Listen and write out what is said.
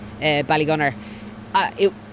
Ballygunner